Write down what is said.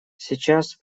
сейчас